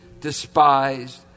despised